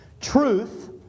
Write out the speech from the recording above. Truth